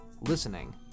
listening